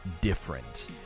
different